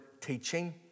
teaching